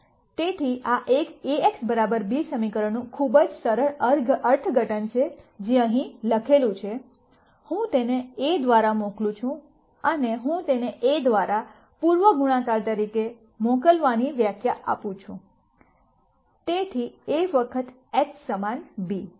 તેથી આ Axb સમીકરણનું ખૂબ જ સરળ અર્થઘટન છે જે અહીં લખેલું છે હું તેને a દ્વારા મોકલું છું અને હું તેને A દ્વારા પૂર્વ ગુણાકાર તરીકે મોકલવાની વ્યાખ્યા આપું છું તેથી A વખત x સમાન b